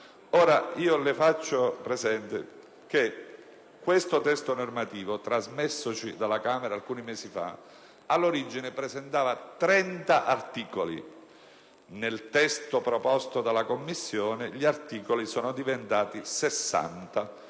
stessi. Le faccio presente che questo testo normativo, trasmessoci dalla Camera alcuni mesi fa, all'origine presentava 30 articoli. Nel testo proposto dalla Commissione gli articoli sono diventati 60.